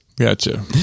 Gotcha